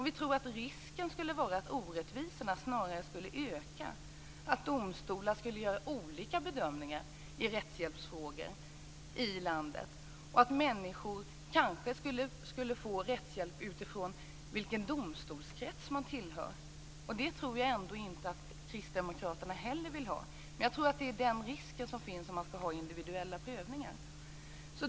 Vi tror att det skulle finnas en risk för att orättvisorna snarare skulle öka, att domstolar skulle göra olika bedömningar i rättshjälpsfrågor i landet och att människor kanske skulle få rättshjälp utifrån vilken domstolskrets de tillhör. Det tror jag inte heller kristdemokraterna vill ha. Jag tror dock att man löper en sådan risk med en individuell prövning.